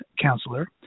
counselor